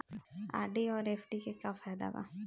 RD आउर FD के का फायदा बा?